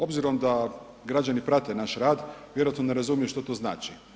Obzirom da građani prate naš rad vjerojatno ne razumiju što to znači.